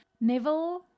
Neville